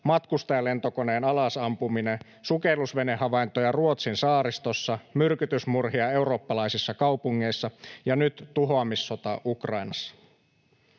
matkustajalentokoneen alasampuminen, sukellusvenehavaintoja Ruotsin saaristossa, myrkytysmurhia eurooppalaisissa kaupungeissa ja nyt tuhoamissota Ukrainassa.